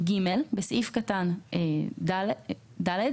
(ג)בסעיף קטן (ד),